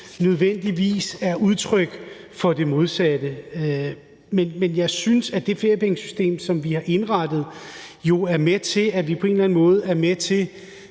nødvendigvis er udtryk for det modsatte. Jeg synes, at det feriepengesystem, som vi har indrettet, er med til på en eller anden måde både at